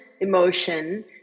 emotion